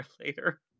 later